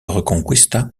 reconquista